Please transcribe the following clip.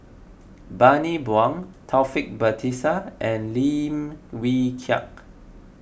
Bani Buang Taufik Batisah and Lim Wee Kiak